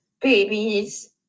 babies